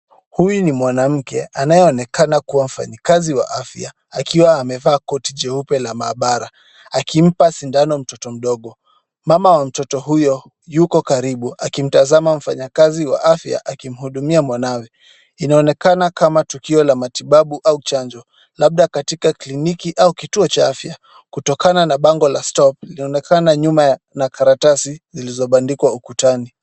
Huyu ni mwanamke anayeonekana kuwa mfanyikazi wa afya akiwa amevaa koti jeupe la maabara, akimpa sindano mtoto mdogo, mama wa mtoto huyo yuko karibu akimtazama mfanyikazi wa afya akimhudumia mwanawe, inaonekana kama tukio la matibabu au chanjo, labda katika kliniki au kituo cha afya kutokana na bango la stop linaloonekana nyuma na karatasi zilizobandikwa ukutani.